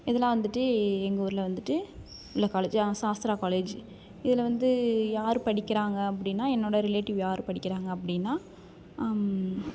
இதெலாம் வந்துட்டு எங்கள் ஊரில் வந்துட்டு உள்ள காலேஜ் சாஸ்த்ரா காலேஜ் இதில் வந்து யார் படிக்கிறாங்க அப்படினா என்னோடய ரிலேட்டிவ் யார் படிக்கிறாங்க அப்படினா